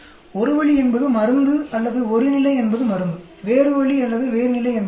ஒரு வழி என்பது மருந்து அல்லது ஒரு நிலை என்பது மருந்து வேறு வழி அல்லது வேறு நிலை என்பது வயது